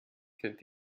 kennt